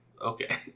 Okay